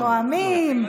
נואמים,